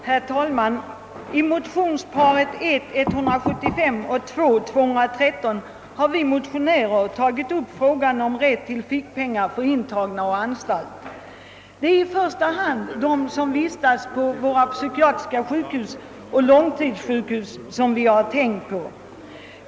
Herr talman! I motionsparet I:175 och II: 213 har vi motionärer tagit upp frågan om rätt till fickpengar för intagna å anstalt. Det är i första hand dem som vistas på våra psykiatriska sjukhus och långtidssjukhus som vi tänkt på.